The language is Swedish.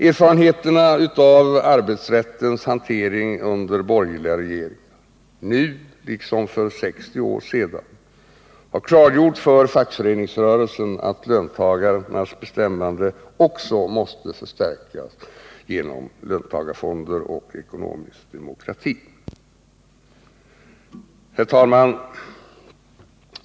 Erfarenheterna av arbetsrättens hantering under borgerliga regeringar, nu och för 60 år sedan, har klargjort för fackföreningsrörelsen att löntagarnas bestämmande också måste förstärkas genom löntagarfonder och ekonomisk demokrati. Herr talman!